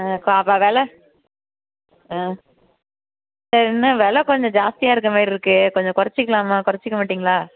ஆ அப்போ வெலை ம் சரின்னு வெலை கொஞ்சம் ஜாஸ்தியாக இருக்கிற மாதிரி இருக்குது கொஞ்சம் கொறைச்சிக்கலாமா கொறைச்சிக்க மாட்டீங்களா